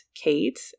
Kate